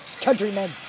countrymen